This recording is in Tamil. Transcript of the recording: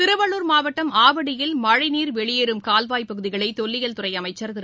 திருவள்ளூர் மாவட்டம் ஆவடியில் மழைநீர் வெளியேறும் கால்வாய் பகுதிகளை தொல்லியல்துறை அமைச்சர் திரு